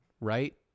Right